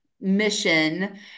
Mission